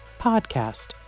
podcast